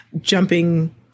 jumping